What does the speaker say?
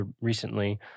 recently